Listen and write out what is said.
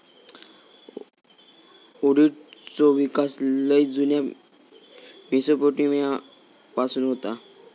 ऑडिटचो विकास लय जुन्या मेसोपोटेमिया पासून होता